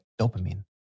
dopamine